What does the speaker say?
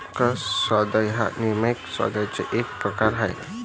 कर स्पर्धा हा नियामक स्पर्धेचा एक प्रकार आहे